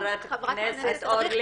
חברת הכנסת אורלי,